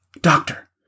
Doctor